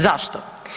Zašto?